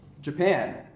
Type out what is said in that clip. Japan